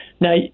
Now